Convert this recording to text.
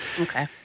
Okay